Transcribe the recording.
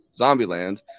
Zombieland